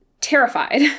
terrified